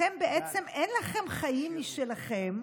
אתם בעצם אין לכם חיים משלכם,